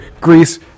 Greece